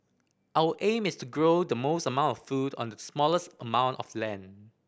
our aim is to grow the most amount of food on the smallest amount of land